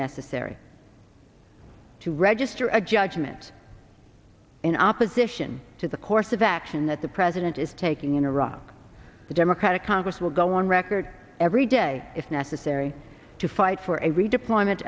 necessary to register a judgment in opposition to the course of action that the president is taking in iraq the democratic congress will go on record every day if necessary to fight for a redeployment